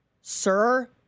Sir